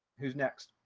who's next?